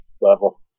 level